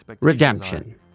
redemption